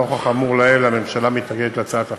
נוכח האמור לעיל, הממשלה מתנגדת להצעת החוק.